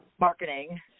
marketing